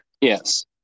Yes